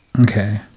okay